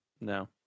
No